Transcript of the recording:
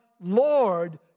Lord